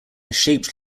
shaped